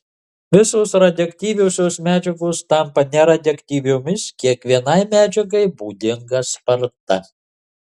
visos radioaktyviosios medžiagos tampa neradioaktyviomis kiekvienai medžiagai būdinga sparta